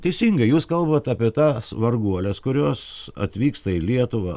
teisingai jūs kalbat apie tas varguoles kurios atvyksta į lietuvą